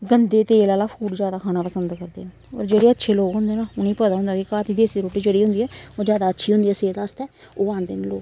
गंदे तेल आह्ला फूड जैदा खाना पसंद करदे न होर जेह्ड़े अच्छे लोग होंदे ना उ'नें गी पता होंदा कि घर दी देसी रुट्टी जेह्ड़ी होंदी ऐ ओह् जैदा अच्छी होंदी ऐ सेह्त आस्तै ओह् औंदे न लोक